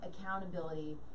accountability